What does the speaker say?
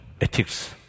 ethics